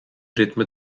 ritme